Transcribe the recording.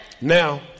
Now